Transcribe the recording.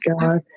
God